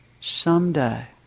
Someday